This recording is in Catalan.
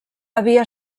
havia